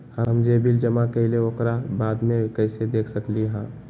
हम जे बिल जमा करईले ओकरा बाद में कैसे देख सकलि ह?